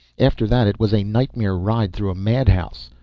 after that it was a nightmare ride through a madhouse.